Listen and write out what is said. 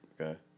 Okay